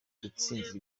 gutsindira